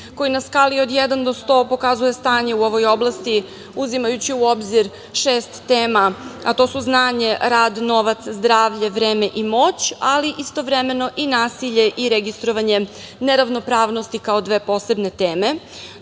koji na skali od 1 do 100 pokazuje stanje u ovoj oblasti, uzimajući u obzir šest tema, a to su znanje, rad, novac, zdravlje, vreme i moć, ali istovremeno i nasilje i registrovanje neravnopravnosti, kao dve posebne